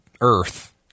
earth